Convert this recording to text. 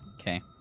Okay